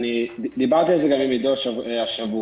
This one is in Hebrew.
דיברתי על זה גם עידו השבוע.